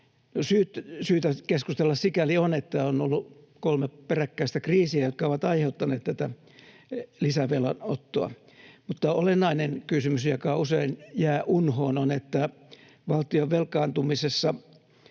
Syytä keskustella sikäli on, että on ollut kolme peräkkäistä kriisiä, jotka ovat aiheuttaneet tätä lisävelanottoa, mutta olennainen kysymys, joka usein jää unhoon, on, että valtion velkaantumista